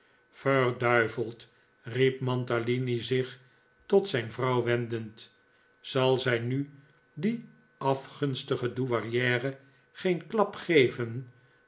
verduiveld riep mantalini zich tot zijn vrouw wendend zal zij nu die afgunstige douairiere geen klap geven